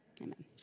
Amen